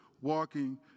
walking